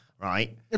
Right